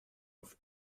auf